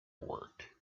work